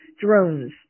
drones